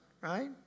right